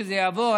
שזה יעבור,